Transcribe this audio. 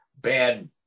bad